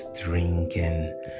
drinking